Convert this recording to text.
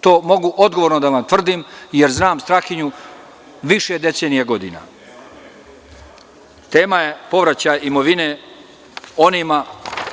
To mogu odgovorno da vam tvrdim, jer znam Strahinju više decenija godina. (Aleksandar Martinović, s mesta: Tema.) Tema je povraćaj imovine onima